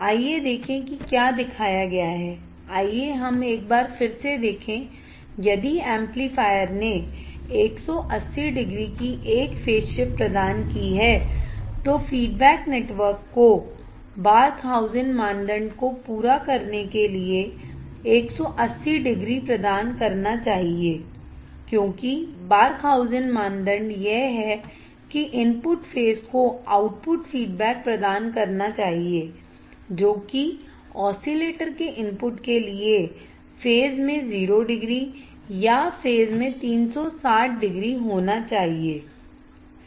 आइए देखें कि क्या दिखाया गया है आइए हम एक बार फिर से देखें यदि एम्पलीफायर ने 180 डिग्री की एक फेज शिफ्ट प्रदान की है तो फीडबैक नेटवर्क को बार्कहाउज़ेन मानदंड को पूरा करने के लिए 180 डिग्री प्रदान करना चाहिए क्योंकि बार्कहाउज़ेन मानदंडयह है कि इनपुट फेज को आउटपुट फीडबैक प्रदान करना चाहिए जोकि ऑसिलेटर के इनपुट के लिए फेज में 0 डिग्री या फेज में 360 डिग्री होना चाहिएसही